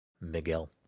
Miguel